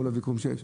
מול הוויכוחים.